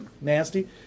nasty